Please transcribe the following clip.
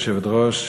גברתי היושבת-ראש,